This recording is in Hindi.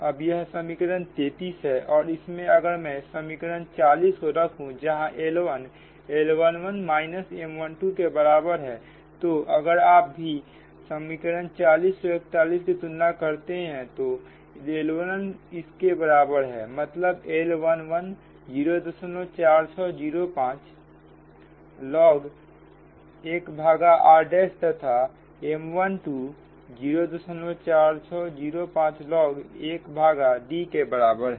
अब यह समीकरण 33 है और इसमें अगर मैं समीकरण 40 को रखू जहां L1L11 माइनस M12के बराबर है तो अगर आप भी समीकरण 40 और 41 की तुलना करते हैं तो L11 इस के बराबर है मतलब L11 04605 log 1 भागा r' तथा M12 04605 log 1 भागा D के बराबर है